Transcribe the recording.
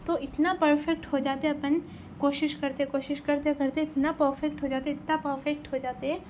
تو اتنا پرفیکٹ ہو جاتے اپن کوشش کرتے کوشش کرتے کرتے اتنا پرفیکٹ ہو جاتے اتتا پرفیکٹ ہو جاتے